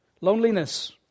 Loneliness